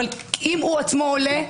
אם הוא עצמו עולה,